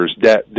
debt